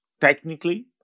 technically